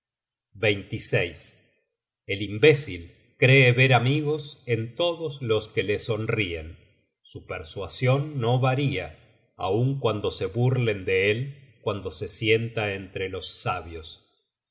tribunal el imbécil cree ver amigos en todos los que le sonrien su persuasion no varia aun cuando se burlen de él cuando se sienta entre los sabios